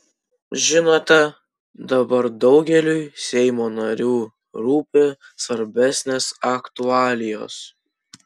žinote dabar daugeliui seimo narių rūpi svarbesnės aktualijos